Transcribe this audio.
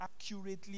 accurately